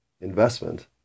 investment